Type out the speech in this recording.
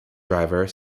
driver